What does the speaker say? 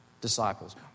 disciples